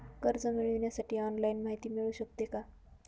कर्ज मिळविण्यासाठी ऑनलाईन माहिती मिळू शकते का?